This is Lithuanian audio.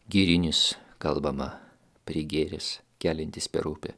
girinis kalbama prigėręs keliantis per upę